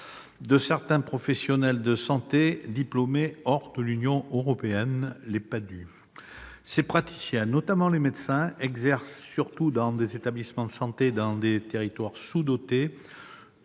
de certains professionnels de santé diplômés hors de l'Union européenne. Ces praticiens, notamment les médecins, officient surtout dans des établissements de santé situés dans des territoires sous-dotés,